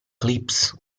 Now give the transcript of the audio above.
clips